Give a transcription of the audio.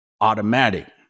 automatic